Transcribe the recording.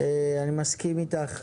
אני מסכים איתך.